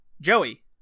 Joey